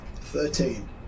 Thirteen